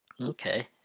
Okay